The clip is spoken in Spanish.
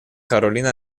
carolina